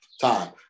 time